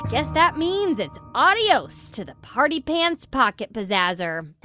guess that means it's adios to the party pants pocket pizzazer